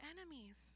enemies